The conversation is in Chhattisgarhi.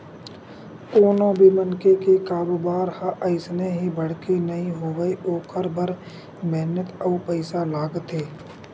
कोनो भी मनखे के कारोबार ह अइसने ही बड़का नइ होवय ओखर बर मेहनत अउ पइसा लागथे